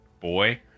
boy